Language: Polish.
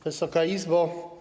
Wysoka Izbo!